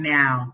now